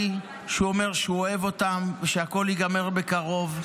שהוא אומר שהוא אוהב אותם ושהכול ייגמר בקרוב.